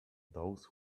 those